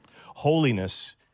Holiness